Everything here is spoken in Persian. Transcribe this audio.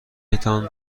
تان